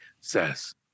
says